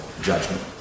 judgment